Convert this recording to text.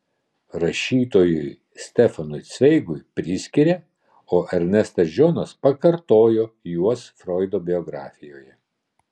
rašytojui stefanui cveigui priskiria o ernestas džonas pakartojo juos froido biografijoje